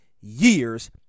years